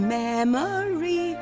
memory